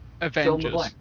Avengers